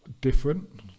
different